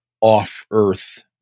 off-earth